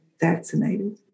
vaccinated